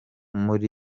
muli